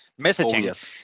messaging